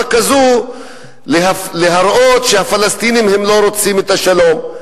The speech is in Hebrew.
כזו שהפלסטינים לא רוצים את השלום.